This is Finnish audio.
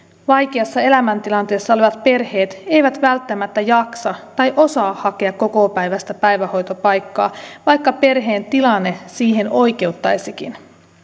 vaikeassa elämäntilanteessa olevat perheet eivät välttämättä jaksa tai osaa hakea kokopäiväistä päivähoitopaikkaa vaikka perheen tilanne siihen oikeuttaisikin